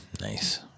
Nice